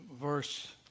verse